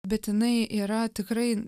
bet jinai yra tikrai